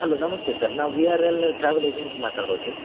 hello ನಮಸ್ತೆ sir ನಾವು V R L travel agent ಮಾತಾಡೋದು ರೀ